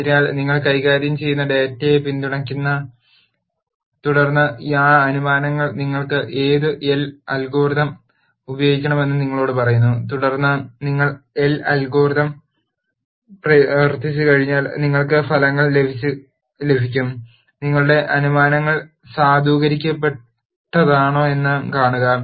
അതിനാൽ നിങ്ങൾ കൈകാര്യം ചെയ്യുന്ന ഡാറ്റയെ പിന്തുണയ്ക്കുന്നു തുടർന്ന് ആ അനുമാനങ്ങൾ നിങ്ങൾ ഏത് അൽ ഗോരിതം ഉപയോഗിക്കണമെന്ന് നിങ്ങളോട് പറയുന്നു തുടർന്ന് നിങ്ങൾ അൽ ഗോരിതം പ്രവർത്തിപ്പിച്ചുകഴിഞ്ഞാൽ നിങ്ങൾക്ക് ഫലങ്ങൾ ലഭിക്കും നിങ്ങളുടെ അനുമാനങ്ങൾ സാധൂകരിക്കപ്പെട്ടതാണോയെന്ന് കാണുക